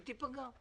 היא תיפגע.